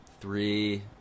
three